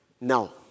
Now